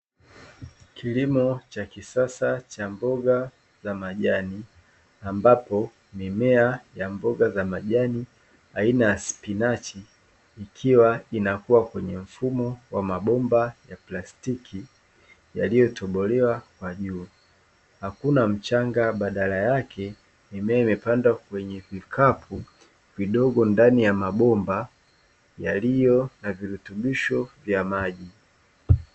Kilimo cha kisasa cha mboga za majani ambapo mimea ya mboga za majani aina ya spinachi, ikiwa inakua kwenye mfumo wa mabomba ya plastiki yaliyotobolewa kwa juu, hakuna mchanga badala yake mimea imepandwa kwenye vikapu vidogo ndani ya mabomba, yaliyo na virutubisho vya maji.